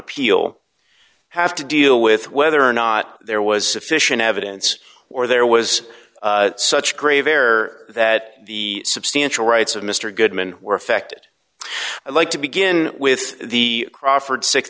appeal have to deal with whether or not there was sufficient evidence or there was such grave air that the substantial rights of mr goodman were affected like to begin with the crawford six